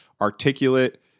articulate